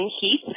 Heath